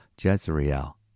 Jezreel